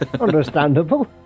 Understandable